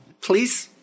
please